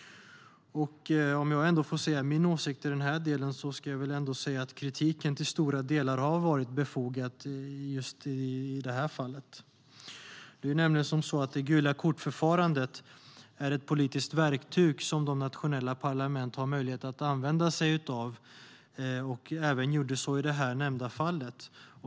Min åsikt i den här delen är att kritiken till stora delar har varit befogad i just det här fallet. Förfarandet med gula kort är ett politiskt verktyg som de nationella parlamenten har möjlighet att använda sig av och även gjorde i det nämnda fallet.